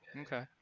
Okay